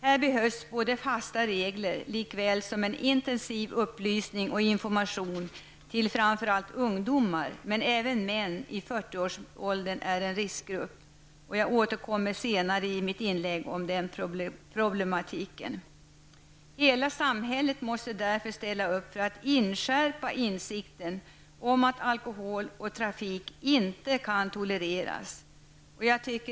Här behövs både fasta regler och en intensiv upplysning och information till framför allt ungdomar, men även män i 40-årsåldern är en riskgrupp. Jag återkommer i mitt inlägg till den problematiken. Hela samhället måste därför ställa upp för att inskärpa insikten om att alkohol och trafik inte kan tolereras.